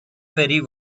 ferry